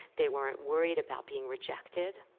they weren't worried about being rejected.